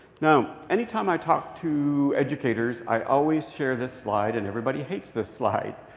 now, anytime i talk to educators, i always share this slide, and everybody hates this slide.